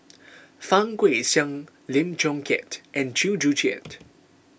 Fang Guixiang Lim Chong Keat and Chew Joo Chiat